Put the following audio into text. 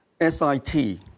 S-I-T